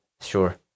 sure